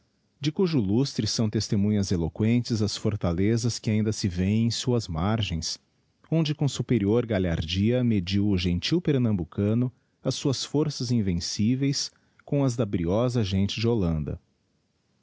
de cujo lustre são testemunhas eloquentes as fortalezas que ainda se vêem em suas margens onde com superior digiti zedby google galhardia mediu o gentio pernambucano as suas forças invencíveis com as da briosa gente de houanda